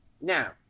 Now